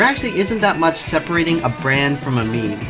actually isn't that much separating a brand from a meme.